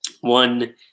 one